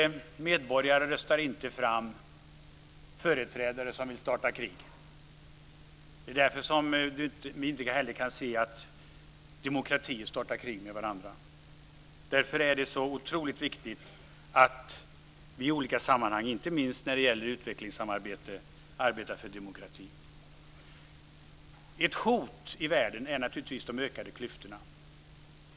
Medborgare röstar inte fram företrädare som vill starta krig. Det är därför vi inte heller kan se att demokratier startar krig med varandra. Därför är det så otroligt viktigt att i olika sammanhang, inte minst när det gäller utvecklingssamarbete, arbeta för demokratin. Ett hot i världen är naturligtvis de ökade klyftorna.